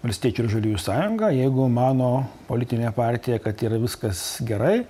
valstiečių ir žaliųjų sąjungą jeigu mano politinė partija kad yra viskas gerai